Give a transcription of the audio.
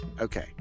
Okay